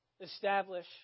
establish